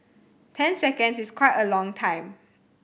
ten seconds is quite a long time